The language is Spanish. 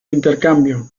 intercambio